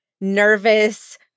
nervous